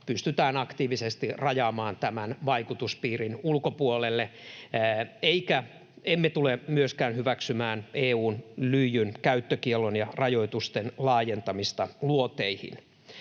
pystytään aktiivisesti rajaamaan tämän vaikutuspiirin ulkopuolelle. Emme tule myöskään hyväksymään EU:n lyijyn käyttökiellon ja rajoitusten laajentamista luoteihin.